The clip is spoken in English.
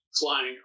flying